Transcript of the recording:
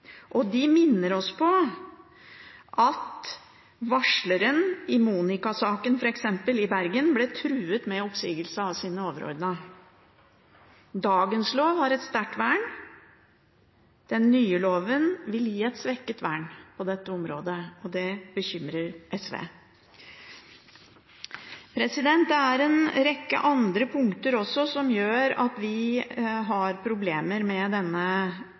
og de minner oss på at f.eks. varsleren i Monika-saken i Bergen ble truet med oppsigelse av sine overordnede. Dagens lov gir et sterkt vern. Den nye loven vil gi et svekket vern på dette området, og det bekymrer SV. Det er også en rekke andre punkter som gjør at vi har problemer med denne